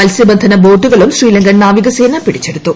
മത്സ്യബന്ധന ബോട്ടുകളും ശ്രീലങ്കൻ നാവികസേന പിടിച്ചെടുത്തു